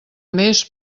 més